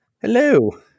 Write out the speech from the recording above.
Hello